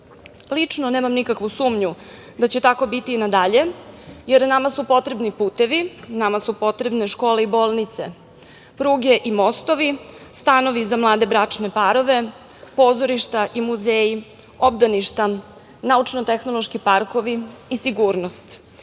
nemam nikakvu sumnju da će tako biti i na dalje, jer nama su potrebni putevi, nama se u potrebne škole i bolnice, pruge i mostovi, stanovi za mlade bračne parove, pozorišta i muzeji, obdaništa, naučno-tehnološki parkovi i sigurnost